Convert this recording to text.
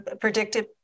predictive